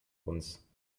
uns